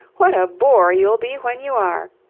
what a bore you'll be when you are!